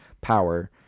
power